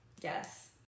Yes